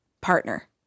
partner